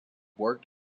worked